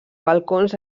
balcons